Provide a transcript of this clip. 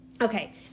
Okay